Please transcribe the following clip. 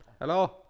Hello